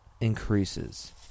increases